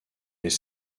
les